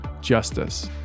justice